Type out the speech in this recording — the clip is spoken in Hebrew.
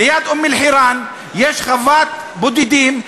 ליד אום-אלחיראן יש חוות בודדים,